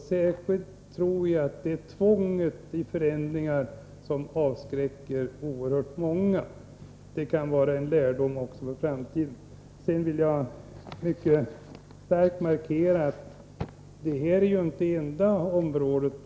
Särskilt tror jag att det är tvånget i förändringarna, som avskräcker oerhört många. Det kan vara en lärdom för framtiden. Jag vill mycket starkt markera att detta inte är det enda området.